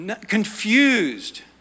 Confused